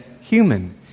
human